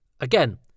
Again